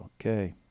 okay